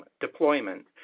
deployment